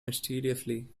mysteriously